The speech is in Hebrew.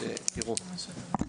תראו,